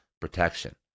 protection